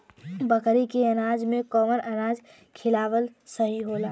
बकरी के अनाज में कवन अनाज खियावल सही होला?